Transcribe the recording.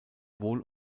wohl